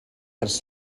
ers